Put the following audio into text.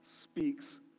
speaks